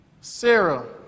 Sarah